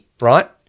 Right